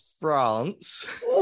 France